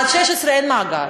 עד גיל 16 אין מאגר.